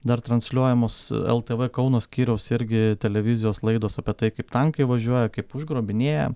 dar transliuojamos ltv kauno skyriaus irgi televizijos laidos apie tai kaip tankai važiuoja kaip užgrobinėja